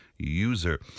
User